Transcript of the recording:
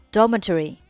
Dormitory